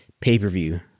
pay-per-view